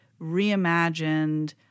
reimagined